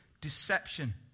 deception